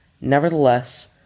Nevertheless